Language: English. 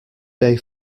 day